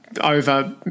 over